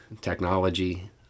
technology